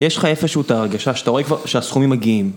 יש לך איפשהו את ההרגשה שאתה רואה כבר שהסכומים מגיעים